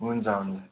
हुन्छ हुन्छ